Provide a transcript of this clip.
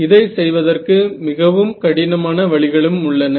இதை செய்வதற்கு மிகவும் கடினமான வழிகளும் உள்ளன